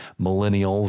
millennials